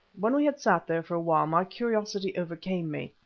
when we had sat there for a while my curiosity overcame me,